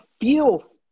feel